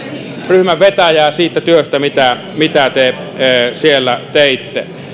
ryhmän vetäjää siitä työstä mitä mitä te siellä teitte